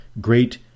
great